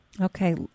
Okay